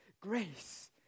grace